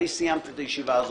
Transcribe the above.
אני סיימתי את הישיבה הזאת.